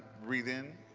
breathe in?